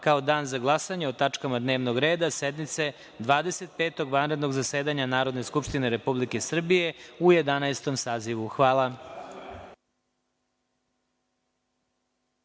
kao dan za glasanje o tačkama dnevnog reda sednice Dvadeset petog vanrednog zasedanja Narodne skupštine Republike Srbije u 11. sazivu. Hvala.